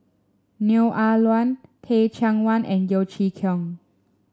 Neo Ah Luan Teh Cheang Wan and Yeo Chee Kiong